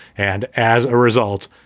and as a result,